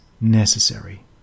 necessary